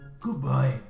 Goodbye